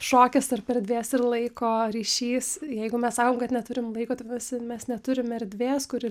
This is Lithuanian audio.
šokis tarp erdvės ir laiko ryšys jeigu mes sakom kad neturim laiko vadinasi mes neturim erdvės kuri